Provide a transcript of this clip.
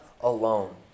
alone